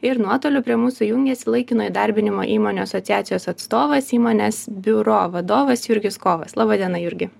ir nuotoliu prie mūsų jungiasi laikino įdarbinimo įmonių asociacijos atstovas įmonės biuro vadovas jurgis kovas laba diena jurgi